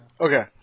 okay